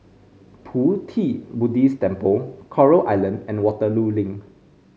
Pu Ti Buddhist Temple Coral Island and Waterloo Link